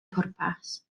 pwrpas